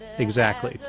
exactly.